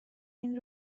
این